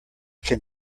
can